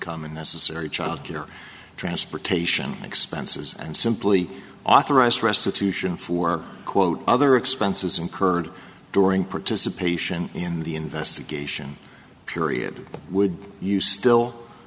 unnecessary child care transportation expenses and simply authorized restitution for quote other expenses incurred during participation in the investigation period would you